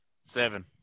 Seven